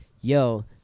yo